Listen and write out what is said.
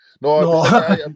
No